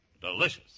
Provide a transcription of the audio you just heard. delicious